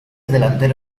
delantero